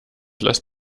lasst